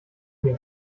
mir